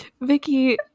Vicky